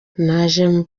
naje